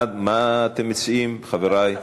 מה אתם מציעים, חברי?